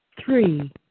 three